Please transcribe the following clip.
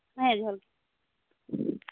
ᱦᱮᱸ ᱡᱚᱦᱟᱨᱜᱤ